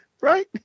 Right